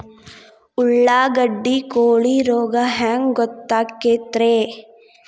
ಉಳ್ಳಾಗಡ್ಡಿ ಕೋಳಿ ರೋಗ ಹ್ಯಾಂಗ್ ಗೊತ್ತಕ್ಕೆತ್ರೇ?